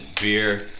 Beer